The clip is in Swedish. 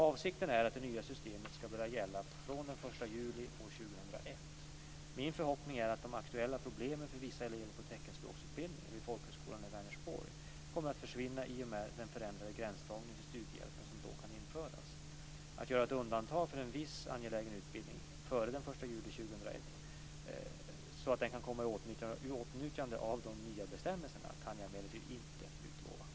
Avsikten är att det nya systemet ska börja gälla från den 1 juli 2001. Min förhoppning är att de aktuella problemen för vissa elever på teckenspråksutbildningen vid folkhögskolan i Vänersborg kommer att försvinna i och med den förändrade gränsdragning till studiehjälpen som då kan införas. Att göra ett undantag för en viss angelägen utbildning att före den 1 juli 2001 komma i åtnjutande av de nya bestämmelserna kan jag emellertid inte utlova.